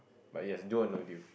but yes deal or no deal